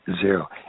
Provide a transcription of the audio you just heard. zero